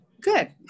Good